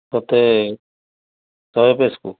କେତେ ଶହେ ପିସ୍କୁ